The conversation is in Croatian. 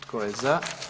Tko je za?